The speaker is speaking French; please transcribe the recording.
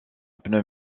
pneus